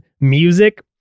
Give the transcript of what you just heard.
music